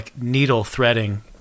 needle-threading